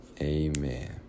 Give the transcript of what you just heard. amen